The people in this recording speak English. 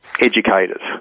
educators